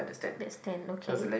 that's ten okay